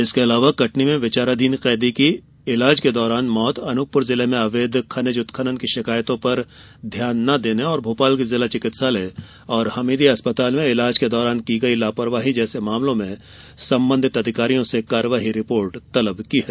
इसके अलावा कटनी में विचाराधीन कैदी की इलाज के दौरान मौत अनूपपुर जिले में अवैध खनीज उत्खनन की शिकायतों पर ध्यान न देने और भोपाल के जिला चिकित्सालय और हमीदिया अस्पताल में इलाज के दौरान की गई लापरवाही जैसे मामलों में संबंधित अधिकारियों से कार्यवाही रिपोर्ट तलब की है